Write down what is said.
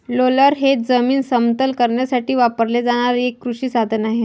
roller हे जमीन समतल करण्यासाठी वापरले जाणारे एक कृषी साधन आहे